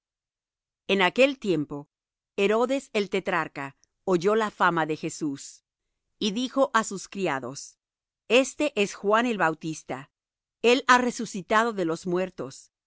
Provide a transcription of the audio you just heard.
en aquel tiempo herodes el tetrarca oyó la fama de jesús y dijo á sus criados este es juan el bautista él ha resucitado de los muertos y